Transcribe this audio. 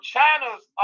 China's